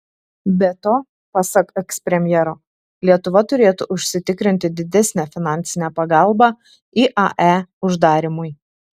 be to pasak ekspremjero lietuva turėtų užsitikrinti didesnę finansinę pagalbą iae uždarymui